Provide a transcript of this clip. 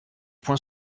point